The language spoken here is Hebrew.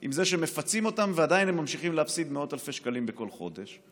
עם זה שמפצים אותם ועדיין הם ממשיכים להפסיד מאות אלפי שקלים בכל חודש,